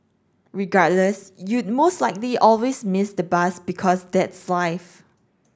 regardless you'd most likely always miss the bus because that's life